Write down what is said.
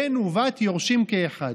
בן ובת יורשים כאחד.